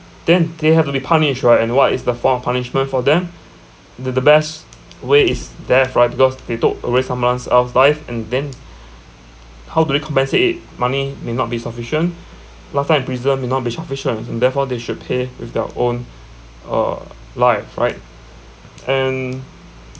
then they have to be punished right and what is the form of punishment for them the the best way is death right because they took away someones else life and then how do they compensate it money may not be sufficient lifetime imprisonment may not be sufficient and therefore they should pay with their own uh life right and